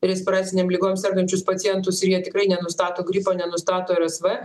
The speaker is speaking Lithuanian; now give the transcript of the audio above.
respiracinėm ligom sergančius pacientus ir jie tikrai nenustato gripo nenustato rsv